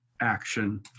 action